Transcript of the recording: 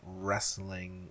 wrestling